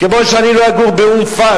כמו שאני לא אגור באום-אל-פחם,